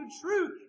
truth